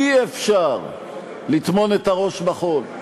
אי-אפשר לטמון את הראש בחול.